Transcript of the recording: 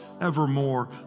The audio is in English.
evermore